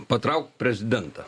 patraukt prezidentą